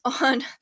on